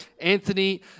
Anthony